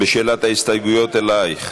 בשאלת ההסתייגויות, אלייך.